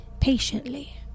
patiently